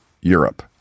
Europe